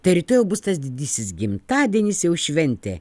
tai rytoj jau bus tas didysis gimtadienis jau šventė